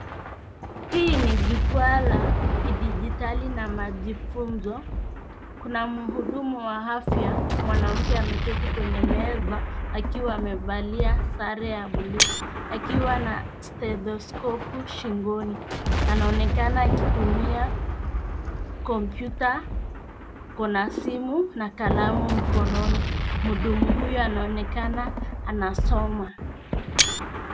Hii ni jukwaa la kidigitali na majifunzo. Kuna mhudumu wa afya mwanamke ameketi kwenye meza akiwa amevalia sare ya buluu akiwa na stethskopu shingoni. Anaonekana akitumia kompyuta, ako na simu na kalamu mkononi. Mhudumu huyu anaonekana anasoma.